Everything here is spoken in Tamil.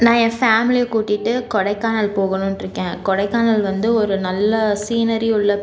நான் என் ஃபேமிலியை கூட்டிகிட்டு கொடைக்கானல் போகணும்ன்ட்டு இருக்கேன் கொடைக்கானல் வந்து ஒரு நல்ல சீனரி உள்ள